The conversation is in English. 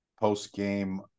post-game